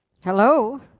Hello